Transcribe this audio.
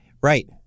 Right